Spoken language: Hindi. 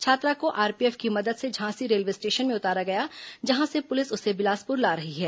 छात्रा को आरपीएफ की मदद से झांसी रेलवे स्टेशन में उतारा गया जहां से पुलिस उसे बिलासपुर ला रही है